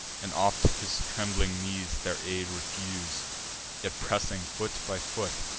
and oft his trembling knees their aid refuse yet, pressing foot by foot,